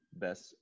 best